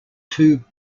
two